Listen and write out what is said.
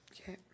Okay